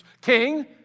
king